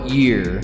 year